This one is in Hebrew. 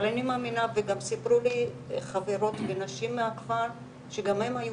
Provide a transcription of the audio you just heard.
אבל אני מאמינה וגם סיפרו לי חברות ונשים מהכפר שגם הם היו